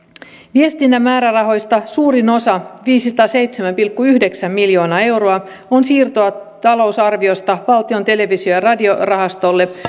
viestinnän määrärahoista suurin osa viisisataaseitsemän pilkku yhdeksän miljoonaa euroa on siirtoa talousarviosta valtion televisio ja radiorahastolle